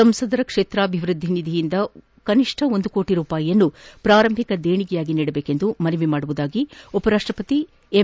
ಸಂಸದರ ಕ್ಷೇತ್ರಾಭಿವೃದ್ದಿ ನಿಧಿಯಿಂದ ಕನಿಷ್ಠ ಒಂದು ಕೋಟ ರೂಪಾಯಿಯನ್ನು ಪ್ರಾರಂಭಿಕ ದೇಣಿಗೆಯಾಗಿ ನೀಡಬೇಕೆಂದು ಮನವಿ ಮಾಡುವುದಾಗಿ ಉಪರಾಷ್ಷಪತಿ ಎಂ